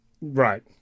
Right